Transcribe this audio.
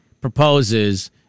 proposes